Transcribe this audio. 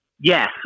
Yes